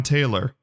Taylor